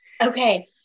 Okay